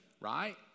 Right